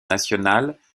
nationales